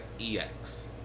EX